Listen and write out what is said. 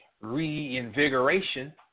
reinvigoration